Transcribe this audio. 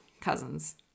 cousins